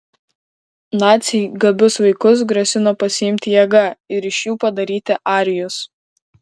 naciai gabius vaikus grasino pasiimti jėga ir iš jų padaryti arijus